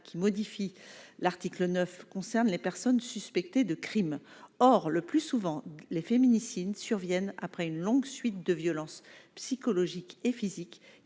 qui modifie l'article 9 concerne les personnes suspectées de crimes, or le plus souvent les féminicides surviennent après une longue suite de violences psychologiques et physiques